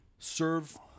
serve